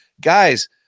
guys